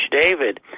David